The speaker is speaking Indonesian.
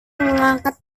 mengangkat